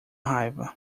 raiva